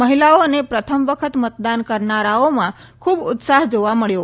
મહિલાઓ અને પ્રથમ વખત મતદાન કરનારાઓમાં ખૂબ ઉત્સાહ જોવા મળ્યો